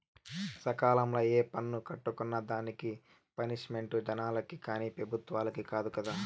సకాలంల ఏ పన్ను కట్టుకున్నా దానికి పనిష్మెంటు జనాలకి కానీ పెబుత్వలకి కాదు కదా